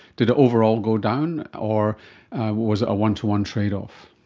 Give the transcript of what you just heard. did it overall go down or was it a one-to-one trade-off?